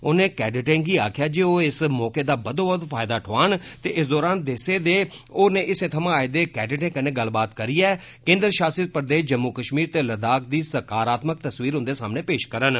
उनें कैडेटें गी आखेआ जे ओह् इस मौके दा बद्दोबद्द फायदा ठोआन ते इस दौरान देसै दे होरनें हिस्सें थमां आए दे कैडेटें कन्नै गल्लबात करियै केन्द्र षासित प्रदेष जम्मू कष्मीर ते लद्दाख दी सकारात्मक तस्वीर उंदे सामने पेष करन